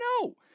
no